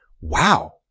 Wow